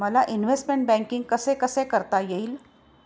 मला investment banking कसे कसे करता येईल?